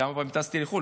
כמה פעמים טסתי לחו"ל?